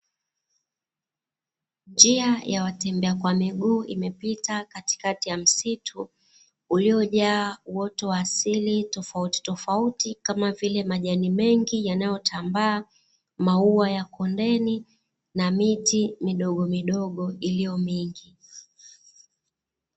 Njia ya watembea kwa miguu imepita katikati ya msitu, uliojaa uoto wa asili tofautitofauti kama vile majani mengi yanayotambaa, maua ya kondeni na miti midogomidogo iliyo mingi.